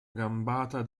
gambata